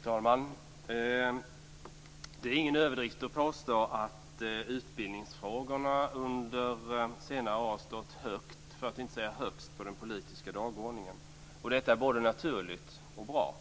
Fru talman! Det är ingen överdrift att påstå att utbildningsfrågorna under senare år har stått högt, för att inte säga högst, på den politiska dagordningen. Detta är både naturligt och bra.